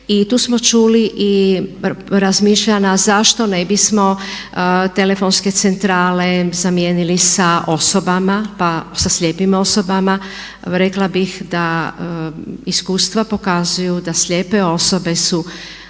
I tu smo čuli i razmišljanja zašto ne bismo telefonske centrale zamijenili sa osobama, sa slijepim osobama, rekla bih da iskustva pokazuju da slijepe osobe su